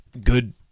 good